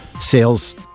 sales